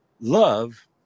Love